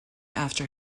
after